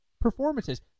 performances